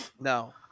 No